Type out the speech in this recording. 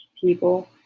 people